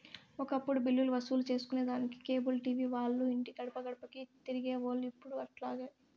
ఒకప్పుడు బిల్లులు వసూలు సేసుకొనేదానికి కేబుల్ టీవీ వాల్లు ఇంటి గడపగడపకీ తిరిగేవోల్లు, ఇప్పుడు అట్లాలే